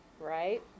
right